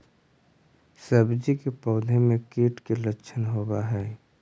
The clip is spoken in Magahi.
सब्जी के पौधो मे कीट के लच्छन होबहय?